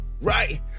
right